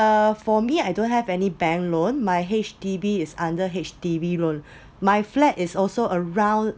uh for me I don't have any bank loan my H_D_B is under H_D_B loan my flat is also around